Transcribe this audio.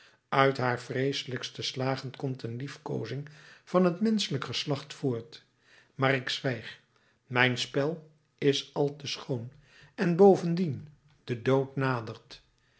uit haar vreeselijkste slagen komt een liefkoozing van het menschelijk geslacht voort maar ik zwijg mijn spel is al te schoon en bovendien de dood nadert